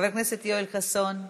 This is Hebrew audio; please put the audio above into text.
חבר הכנסת יואל חסון,